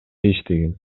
иштеген